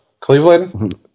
Cleveland